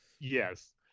Yes